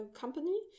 company